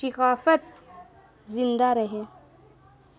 ثقافت زندہ رہے